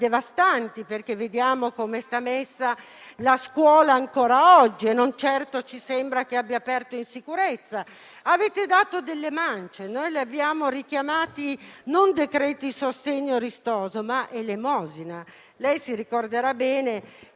devastanti, perché vediamo come è messa la scuola ancora oggi, e non ci sembra certo che abbia aperto in sicurezza. Avete dato delle mance; noi li abbiamo chiamati non decreti sostegno e ristoro, ma elemosina. Lei si ricorderà bene che